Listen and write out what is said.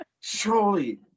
surely